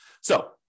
So-